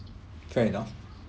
fair enough